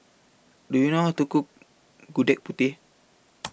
Do YOU know How to Cook Gudeg Putih